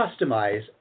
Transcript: customize